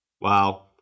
Wow